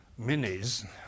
minis